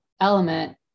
element